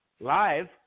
live